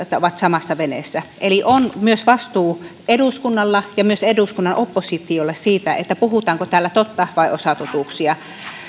ajatusta siitä että ovat samassa veneessä eli on vastuu myös eduskunnalla ja myös eduskunnan oppositiolla siitä puhutaanko täällä totta vai osatotuuksia